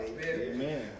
Amen